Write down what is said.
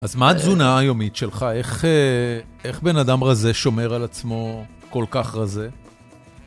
אז מה התזונה היומית שלך, איך בן אדם רזה שומר על עצמו כל כך רזה?